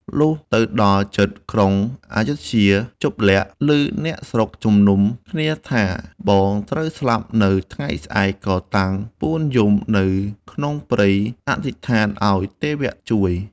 លុះទៅដល់ជិតក្រុងឰយធ្យា ជប្បលក្សណ៍ ឮអ្នកស្រុកជំនុំគ្នាថាបងត្រូវស្លាប់នៅថ្ងៃស្អែកក៏តាំងពួនយំនៅក្នុងព្រៃអធិដ្ឋានឱ្យទេវៈជួយ។